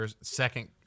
second